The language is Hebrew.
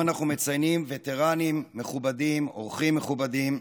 וטרנים מכובדים, אורחים מכובדים,